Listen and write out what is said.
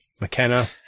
McKenna